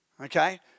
Okay